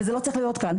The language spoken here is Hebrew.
וזה לא צריך להיות כך.